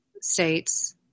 States